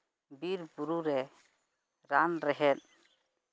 ᱵᱤᱨ ᱵᱩᱨᱩᱨᱮ ᱨᱟᱱ ᱨᱮᱦᱮᱫ